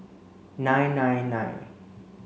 nine nine nine